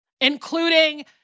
including